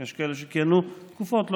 יש כאלה שכיהנו בבית המשפט העליון תקופות,